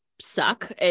suck